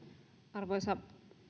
arvoisa